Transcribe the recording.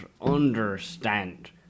understand